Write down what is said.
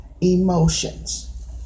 emotions